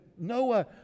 Noah